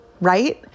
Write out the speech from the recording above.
right